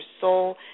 soul